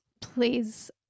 Please